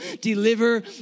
deliver